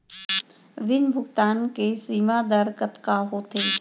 ऋण भुगतान के सीमा दर कतका होथे?